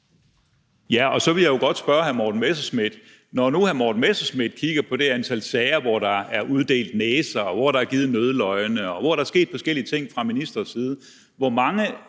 (DF): Så vil jeg jo godt spørge hr. Morten Messerschmidt: Når nu hr. Morten Messerschmidt kigger på det antal sager, hvor der er uddelt næser, stukket nødløgne, og hvor der er sket forskellige ting fra ministres side, hvor mange